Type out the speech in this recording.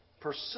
...pursue